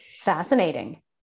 fascinating